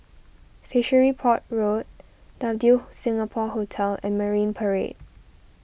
Fishery Port Road W Singapore Hotel and Marine Parade